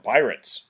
Pirates